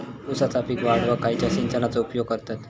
ऊसाचा पीक वाढाक खयच्या सिंचनाचो उपयोग करतत?